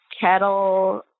kettle